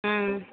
ହଁ